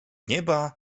nieba